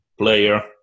player